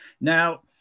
Now